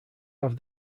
have